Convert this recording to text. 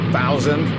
thousand